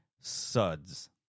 suds